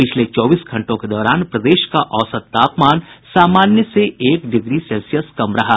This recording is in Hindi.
पिछले चौबीस घंटों के दौरान प्रदेश का औसत तापमान सामान्य से एक डिग्री कम रहा